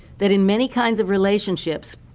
that in many kinds of relationships,